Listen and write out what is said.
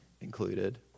included